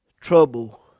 trouble